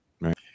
right